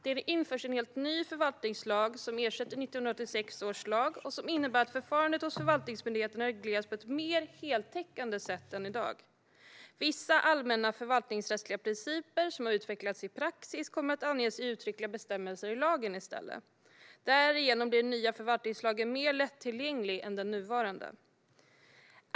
Det införs en helt ny förvaltningslag som ersätter 1986 års lag och som innebär att förfarandet hos förvaltningsmyndigheterna regleras på ett mer heltäckande sätt än i dag. Vissa allmänna förvaltningsrättsliga principer som har utvecklats i praxis kommer i stället att anges i uttryckliga bestämmelser i lagen. Därigenom blir den nya förvaltningslagen mer lättillgänglig än den nuvarande.